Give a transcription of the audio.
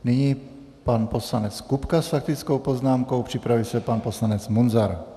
Nyní pan poslanec Kupka s faktickou poznámkou, připraví se pan poslanec Munzar.